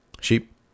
sheep